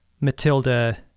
Matilda